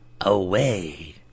away